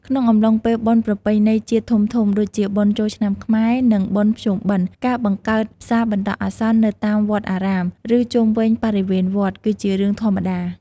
ក្នុងអំឡុងពេលបុណ្យប្រពៃណីជាតិធំៗ ដូចជា បុណ្យចូលឆ្នាំខ្មែរ និង បុណ្យភ្ជុំបិណ្ឌ ការបង្កើតផ្សារបណ្ដោះអាសន្ននៅតាមវត្តអារាម ឬជុំវិញបរិវេណវត្ត គឺជារឿងធម្មតា។